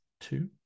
two